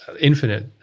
infinite